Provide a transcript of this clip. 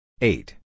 Eight